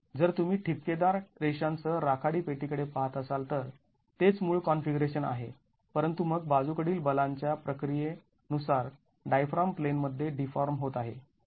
तर जर तुम्ही ठिपकेदार रेषांसह राखाडी पेटी कडे पहात असाल तर तेच मूळ कॉन्फिगरेशन आहे परंतु मग बाजू कडील बलांच्या प्रक्रिये नुसार डायफ्राम प्लेनमध्ये डीफाॅर्म होत आहे